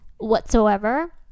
whatsoever